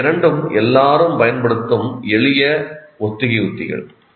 இவை இரண்டும் எல்லோரும் பயன்படுத்தும் எளிய ஒத்திகை உத்திகள்